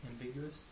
Ambiguous